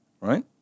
right